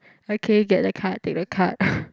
okay get a card take the card